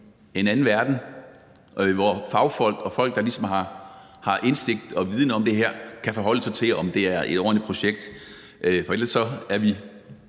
en anden verden, hvor fagfolk og folk, der ligesom har indsigt i og viden om det her, kan forholde sig til, om det er et ordentligt projekt. For ellers er vi,